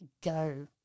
go